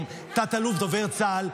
דובר צה"ל,